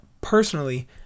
personally